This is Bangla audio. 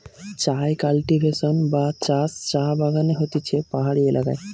চায় কাল্টিভেশন বা চাষ চা বাগানে হতিছে পাহাড়ি এলাকায়